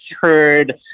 heard